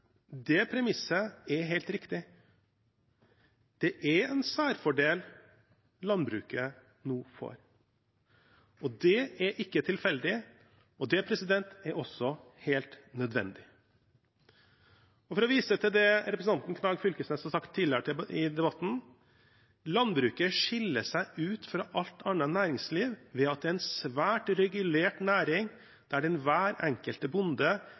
det er ikke tilfeldig. Det er også helt nødvendig. For å vise til det representanten Knag Fylkesnes har sagt tidligere i debatten: Landbruket skiller seg ut fra alt annet næringsliv ved at det er en svært regulert næring, der den enkelte bonde